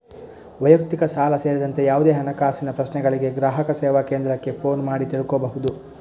ವೈಯಕ್ತಿಕ ಸಾಲ ಸೇರಿದಂತೆ ಯಾವುದೇ ಹಣಕಾಸಿನ ಪ್ರಶ್ನೆಗಳಿಗೆ ಗ್ರಾಹಕ ಸೇವಾ ಕೇಂದ್ರಕ್ಕೆ ಫೋನು ಮಾಡಿ ತಿಳ್ಕೋಬಹುದು